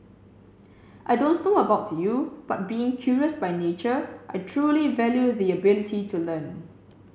I don't know about you but being curious by nature I truly value the ability to learn